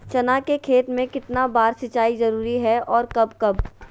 चना के खेत में कितना बार सिंचाई जरुरी है और कब कब?